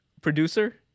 producer